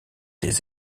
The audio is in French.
des